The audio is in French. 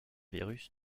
virus